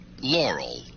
Laurel